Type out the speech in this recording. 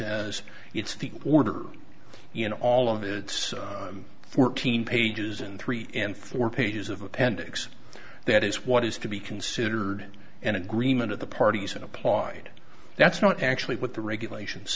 says it's the order you know all of it's fourteen pages in three and four pages of appendix that is what is to be considered an agreement of the parties and applied that's not actually what the regulation